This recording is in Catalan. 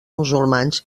musulmans